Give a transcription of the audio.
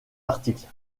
articles